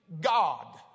God